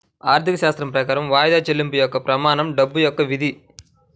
ఆర్థికశాస్త్రం ప్రకారం వాయిదా చెల్లింపు యొక్క ప్రమాణం డబ్బు యొక్క విధి